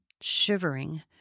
shivering